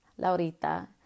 Laurita